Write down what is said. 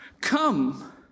Come